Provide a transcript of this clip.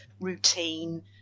routine